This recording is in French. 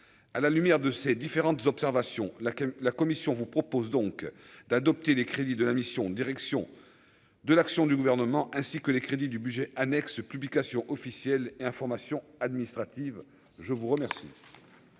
à la lumière de ces différentes observations laquelle la commission vous propose donc d'adopter les crédits de la mission Direction de l'action du gouvernement ainsi que les crédits du budget annexe Publications officielles et information administrative, je vous remercie.